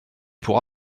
pour